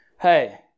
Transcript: Hey